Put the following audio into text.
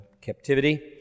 captivity